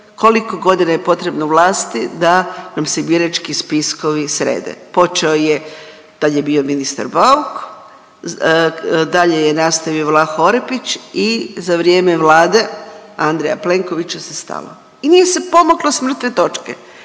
koliko godina je potrebno vlasti da nas se birački spiskovi srede? Počeo je tad je bio ministar Bauk, dalje je nastavio Vlaho Orepić i za vrijeme Vlade Andreja Plenkovića se stalo i nije se pomaklo s mrtve točke.